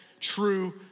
true